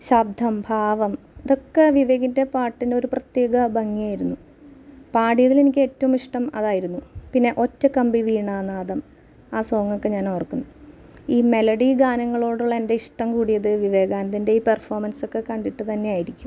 ശബ്ദം ഭാവം ഇതൊക്കെ വിവേകിൻ്റെ പാട്ടിനൊരു പ്രത്യേക ഭംഗിയായിരുന്നു പാടിയതിൽ എനിക്ക് ഏറ്റവും ഇഷ്ടം അതായിരുന്നു പിന്നെ ഒറ്റക്കമ്പി വീണാ നാദം ആ സോങ്ങ് ഒക്കെ ഞാനോർക്കും ഈ മെലഡി ഗാനങ്ങളോടുള്ള എൻ്റെ ഇഷ്ടം കൂടിയത് വിവേകാനന്ദൻ്റെ ഈ പെർഫോമൻസ് ഒക്കെ കണ്ടിട്ട് തന്നെ ആയിരിക്കും